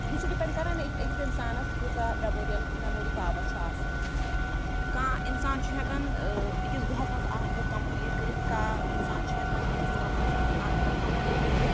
یہِ چھُ ڈِپیٚنٛڈ کران أکِس اِنسانَس کۭژاہ میٚموریَل میٚموری پاوَر چھُ آسان کانٛہہ اِنسان چھُ ہیٚکان ٲں أکِس دۄہَس منٛز اکھ بُک کَمپٕلیٖٹ کٔرِتھ کانٛہہ انسان چھُ ہیٚکان أکِس مَنتھَس منٛز اَکھ بُک کَمپٕلیٖٹ کرِتھ